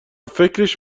فکرش